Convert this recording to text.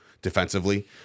Defensively